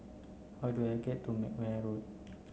how do I get to McNair Road